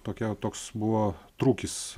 tokia toks buvo trūkis